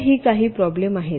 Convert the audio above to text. तर ही काही प्रॉब्लेम आहेत